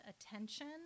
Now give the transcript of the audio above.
attention